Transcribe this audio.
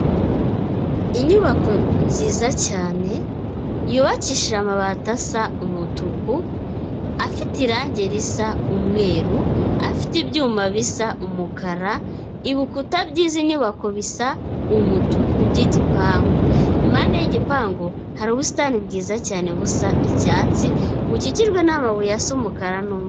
Inyubako nziza cyane yubakishije amabati asa umutuku afite irangi risa umweru, afite ibyuma bisa umukara, ibikuta by'izi nyubako bisa umutuku by'igipangu, impande y'igipangu hari ubusitani bwiza cyane busa icyatsi bukikijwe n'amabuye asa umukara n'umweru.